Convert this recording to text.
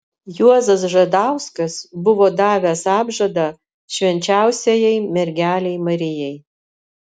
juozas žadauskas buvo davęs apžadą švenčiausiajai mergelei marijai